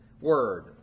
word